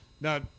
Now